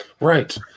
Right